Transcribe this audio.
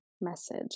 message